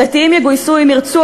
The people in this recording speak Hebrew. הדתיים יגויסו אם ירצו,